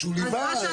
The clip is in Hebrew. שהוא ליווה.